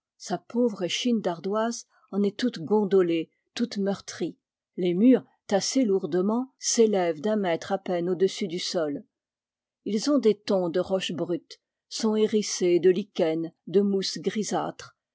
sa pauvre échine d'ardoise en est toute gondolée toute meurtrie les murs tassés lourdement s'élèvent d'un mètre à peine au-dessus du sol ils ont des tons de roche brute sont hérissés de lichens de mousses grisâtres